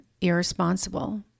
irresponsible